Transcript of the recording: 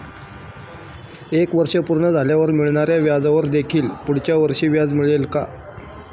एक वर्ष पूर्ण झाल्यावर मिळणाऱ्या व्याजावर देखील पुढच्या वर्षी व्याज मिळेल का?